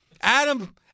Adam